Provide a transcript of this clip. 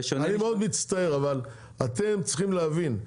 אני מאוד מצטער, אבל אתם צריכים להבין,